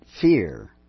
fear